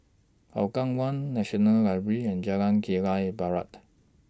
Hougang one National Library and Jalan Kilang Barat